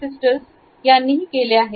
sisters यांनीही केले आहे